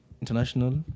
international